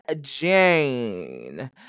Jane